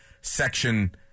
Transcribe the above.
section